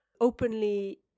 openly